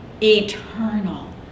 Eternal